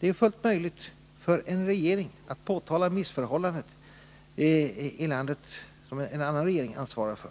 är fullt möjligt för en regering att påtala missförhållanden i ett land som en annan regering ansvarar för.